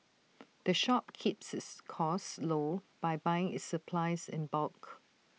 the shop keeps its costs low by buying its supplies in bulk